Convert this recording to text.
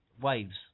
waves